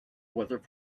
weather